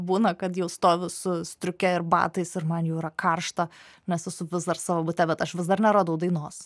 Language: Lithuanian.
būna kad jau stoviu su striuke ir batais ir man jau yra karšta nes esu vis dar savo bute bet aš vis dar neradau dainos